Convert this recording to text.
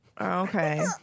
Okay